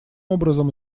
образом